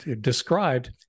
described